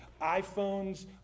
iPhones